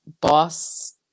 boss